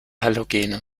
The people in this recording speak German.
halogene